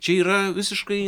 čia yra visiškai